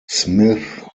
smith